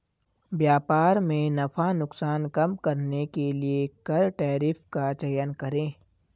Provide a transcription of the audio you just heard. व्यापार में नफा नुकसान कम करने के लिए कर टैरिफ का चयन करे